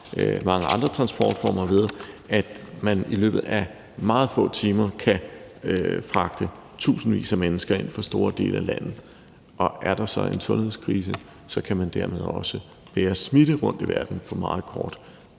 fra mange andre transportformer, ved at man i løbet af meget få timer kan fragte tusindvis af mennesker ind fra store dele af verden, og er der så en sundhedskrise, kan man dermed også bære smitte rundt i verden på meget kort